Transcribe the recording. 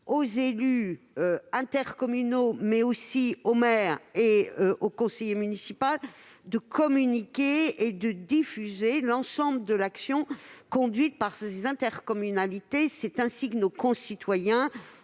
aux élus intercommunaux, mais aussi aux maires et aux conseillers municipaux, de communiquer sur l'ensemble des actions menées par les intercommunalités. C'est ainsi que nos concitoyens